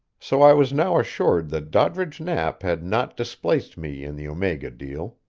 so i was now assured that doddridge knapp had not displaced me in the omega deal.